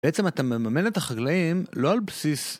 בעצם אתה מממן את החגליים לא על בסיס...